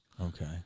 Okay